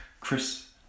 Chris